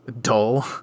dull